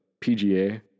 PGA